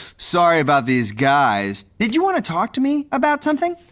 sorry about these guys. did you want to talk to me about something?